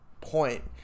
point